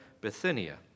Bithynia